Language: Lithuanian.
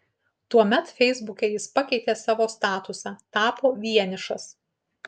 tuomet feisbuke jis pakeitė savo statusą tapo vienišas